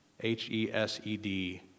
H-E-S-E-D